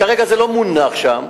כרגע זה לא מונח שם.